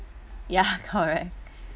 ya correct